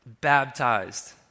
Baptized